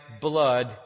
blood